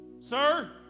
sir